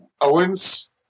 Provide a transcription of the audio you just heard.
Owen's